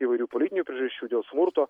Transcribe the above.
įvairių politinių priežasčių dėl smurto